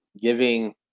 giving